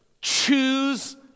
choose